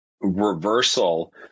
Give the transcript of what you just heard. reversal